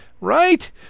right